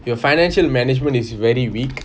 you were financial management is very weak